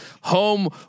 home